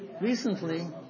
recently